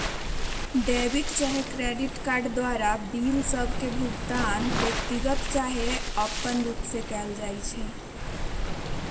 debit चाहे credit card द्वारा bill सभ के भुगतान व्यक्तिगत चाहे आपरुपे कएल जाइ छइ